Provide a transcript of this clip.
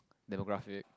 demographic